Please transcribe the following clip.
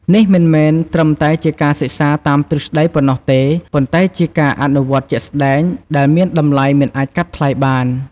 នេះមិនមែនត្រឹមតែជាការសិក្សាតាមទ្រឹស្តីប៉ុណ្ណោះទេ ប៉ុន្តែជាការអនុវត្តជាក់ស្តែង ដែលមានតម្លៃមិនអាចកាត់ថ្លៃបាន។